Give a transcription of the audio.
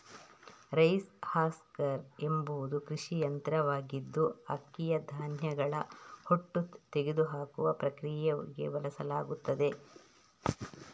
rice husker ಎಂಬುದು ಕೃಷಿ ಯಂತ್ರವಾಗಿದ್ದು ಅಕ್ಕಿಯ ಧಾನ್ಯಗಳ ಹೊಟ್ಟು ತೆಗೆದುಹಾಕುವ ಪ್ರಕ್ರಿಯೆಗೆ ಬಳಸಲಾಗುತ್ತದೆ